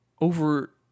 over